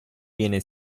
viene